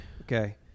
Okay